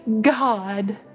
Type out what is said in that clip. God